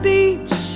Beach